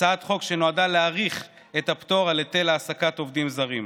הצעת חוק שנועדה להאריך את הפטור על היטל העסקת עובדים זרים.